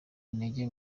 intege